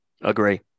agree